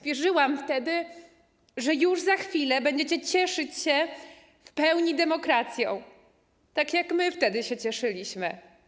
Wierzyłam wtedy, że już za chwilę będziecie cieszyć się w pełni demokracją, tak jak my wtedy się cieszyliśmy.